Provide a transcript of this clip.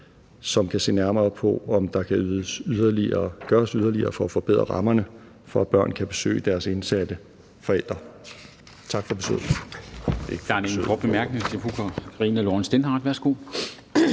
som kan se nærmere på, om der kan gøres yderligere for at forbedre rammerne for, at børn kan besøge deres indsatte forældre. Tak for ordet.